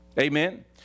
Amen